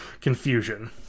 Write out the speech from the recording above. confusion